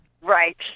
Right